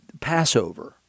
Passover